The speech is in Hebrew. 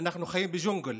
אנחנו חיים בג'ונגל.